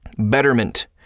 Betterment